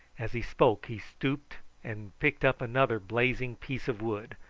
as he spoke he stooped and picked up another blazing piece of wood,